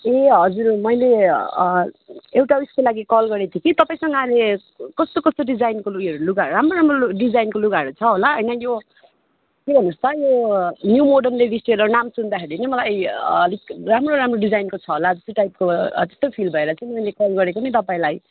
ए हजुर मैले एउटा उयसको लागि कल गरेको थिएँ तपाईँसँग अहिले कस्तो कस्तो डिजाइनको उयोहरू लुगाहरू राम्रो राम्रो डिजाइनको लुगाहरू छ होला होइन यो के भन्नुहोस् त यो न्यु मोर्डन लेडिज टेलर नाम सुन्दाखेरि नै मलाई अलिक राम्रो राम्रो डिजाइनको छ होला जस्तो टाइपको हो त्यस्तो फिल भएर चाहिँ मैले कल गरेको नि तपाईँलाई